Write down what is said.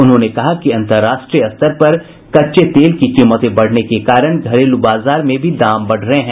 उन्होंने कहा कि अन्तर्राष्ट्रीय स्तर पर कच्चे तेल की कीमतें बढ़ने के कारण घरेलू बाजार में भी दाम बढ़ रहे हैं